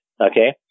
okay